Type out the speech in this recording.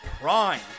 Prime